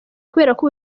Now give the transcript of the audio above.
kuberako